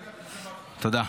תודה.